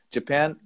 Japan